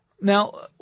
Now